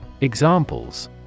Examples